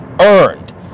earned